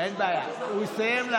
הינה, הוא סיים.